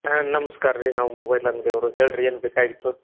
ಹಾಂ ನಮಸ್ಕಾರ ರೀ ನಾವು ಮೊಬೈಲ್ ಅಂಗಡಿ ಅವರು ಹೇಳಿರಿ ಏನು ಬೇಕಾಗಿತ್ತು